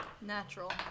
Natural